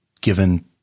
given